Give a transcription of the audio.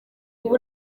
ubu